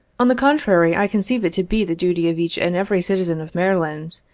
on the contrary, i conceive it to be the duty of each and every citizen of maryland,